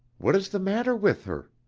what is the matter with her?